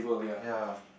ya